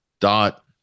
dot